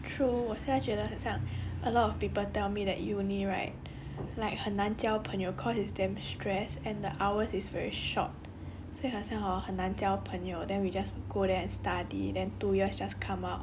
true 我现在觉得很像 a lot of people tell me that uni right like 很难交朋友 cause it's damn stress and the hours is very short 所以好像好像 hor 很难交朋友 then we just go there and study then two years just come out